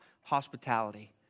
hospitality